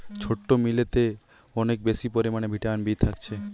ছোট্ট মিলেতে অনেক বেশি পরিমাণে ভিটামিন বি থাকছে